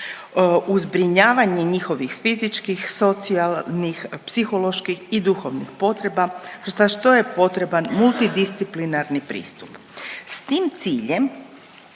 u zbrinjavanje njihovih fizičkih, socijalnih, psiholoških i duhovnih potreba, za što je potreban multidisciplinarni pristup. S tim ciljem